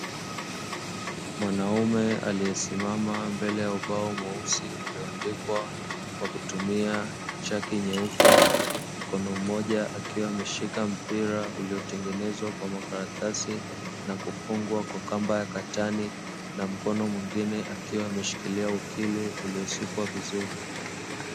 Mwanaume aliyesimama mbele ya ubao mweusi ulioandikwa kwa kutumia chaki nyeupe, mkono mmoja akiwa ameshika mpira uliotengenezwa kwa makaratasi na kufungwa kamba ya katani; na mkono mwingine akiwa ameshikilia ukili uliosukwa vizuri.